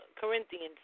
Corinthians